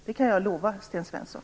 Det kan jag lova Sten Svensson.